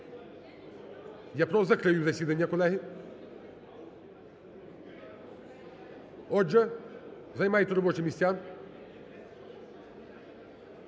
я просто закрию засідання, колеги. Отже, займайте робочі місця.